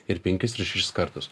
ir penkis ir šešis kartus